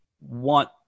want